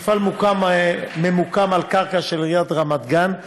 המפעל ממוקם על קרקע של עיריית רמת-גן,